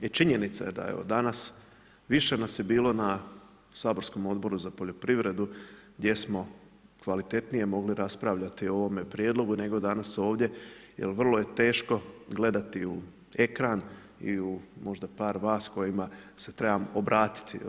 I činjenica je da evo danas više nas je bilo na saborskom Odboru za poljoprivredu gdje smo kvalitetnije mogli raspravljati o ovom prijedlogu nego danas ovdje jer vrlo je teško gledati u ekran i u možda par vas kojima se trebam obratiti.